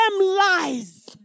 lies